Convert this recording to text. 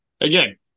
Again